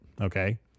okay